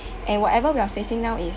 and whatever we are facing now is